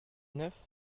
neuf